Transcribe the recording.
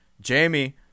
Jamie